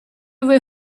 vuoi